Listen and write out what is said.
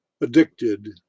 addicted